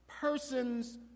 persons